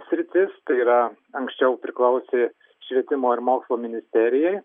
sritis tai yra anksčiau priklausė švietimo ir mokslo ministerijai